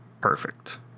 perfect